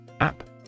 App